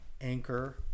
anchor